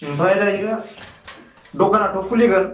ओमफ्राय दायो दकानाथ' खुलिगोन